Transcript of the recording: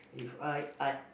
If I I